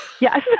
Yes